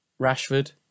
Rashford